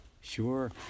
Sure